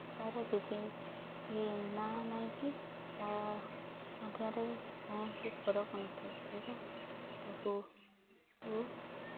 ତାର କିଛି ନାଁ ନାହିଁକି ତା କୌଣସି ଫରକ ନଥାଏ ଏବଂ ତାକୁ